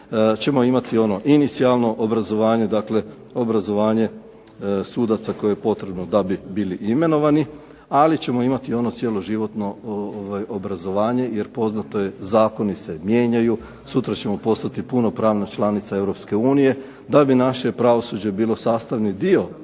ćemo imati ono inicijalno obrazovanje. Dakle, obrazovanje sudaca koje je potrebno da bi bili imenovani. Ali ćemo imati i ono cjeloživotno obrazovanje jer poznato je zakoni se mijenjaju. Sutra ćemo postati punopravna članica Europske unije da bi naše pravosuđe bilo sastavni dio